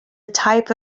type